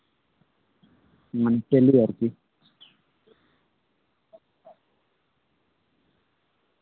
ᱢᱟᱱᱮ ᱠᱮᱱᱫᱨᱚ ᱟᱨᱠᱤ